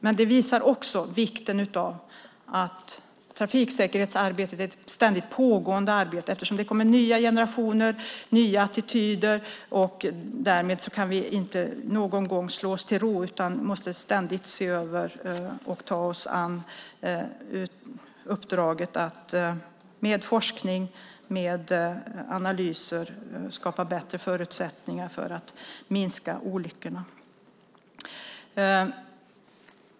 Men det visar vikten av att trafiksäkerhetsarbetet är ett ständigt pågående arbete. Det kommer nya generationer, nya attityder, och därmed kan vi aldrig slå oss till ro utan måste ständigt se över och ta oss an uppdraget att med forskning och analyser skapa bättre förutsättningar för att minska olyckorna.